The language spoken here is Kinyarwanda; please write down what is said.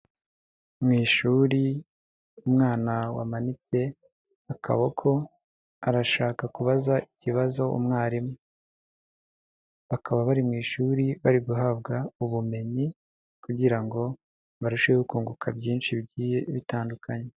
Mu ishuri umwana wamanitse akaboko arashaka kubaza ikibazo umwarimu ,bakaba bari mu ishuri bari guhabwa ubumenyi kugira ngo barusheho kunguka byinshi bigiye bitandukanye.